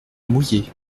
mouillés